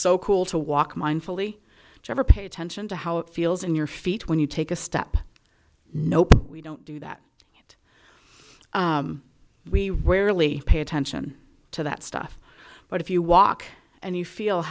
so cool to walk mindfully to ever pay attention to how it feels in your feet when you take a step nope we don't do that we rarely pay attention to that stuff but if you walk and you feel